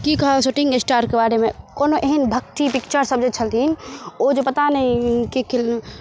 की कहब शुटिंग स्टारके बारेमे कोनो एहन भक्ति पिक्चर सब जे छथिन ओ जे पता नहि की